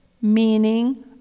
meaning